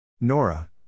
Nora